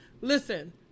Listen